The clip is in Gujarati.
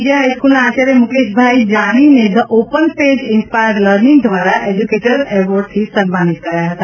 જે હાઇસ્કૂલના આચાર્ય મુકેશભાઇ જાનીને the open page inspire learning દ્વારા એજ્યુકેટર્સ એવોર્ડથી સન્માનિત કરાયા હતા